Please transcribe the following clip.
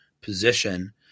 position